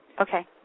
Okay